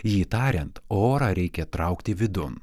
jį tariant orą reikia traukti vidun